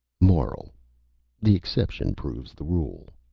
moral the exception proves the rule.